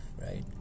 right